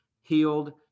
healed